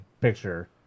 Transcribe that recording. picture